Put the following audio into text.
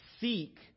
Seek